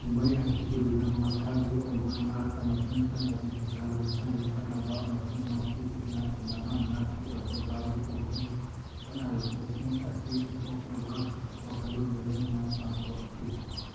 ꯀꯨꯝꯍꯩ ꯑꯁꯤ ꯇꯨꯔꯤꯖꯝ ꯃꯁꯥꯒꯤ ꯑꯣꯏꯕ ꯅꯥꯠ ꯑꯃꯁꯨꯡ ꯆꯠꯅꯕꯤ ꯐꯤꯁꯥ ꯂꯣꯟꯁꯥ ꯌꯣꯛꯈꯠꯅꯕ ꯑꯃꯁꯨꯡ ꯃꯁꯤꯒꯤ ꯏꯅꯥꯛ ꯈꯨꯜꯂꯕ ꯅꯥꯠꯀꯤ ꯑꯣꯏꯕ ꯄꯥꯔꯤ ꯄꯨꯔꯤꯗꯒꯤ ꯆꯠꯅꯔꯛꯄꯁꯤꯡ ꯑꯁꯤ ꯎꯠꯊꯣꯛꯅꯕ ꯋꯥꯈꯜꯂꯣꯟꯒ ꯂꯣꯏꯅꯅ ꯄꯥꯡꯊꯣꯛꯏ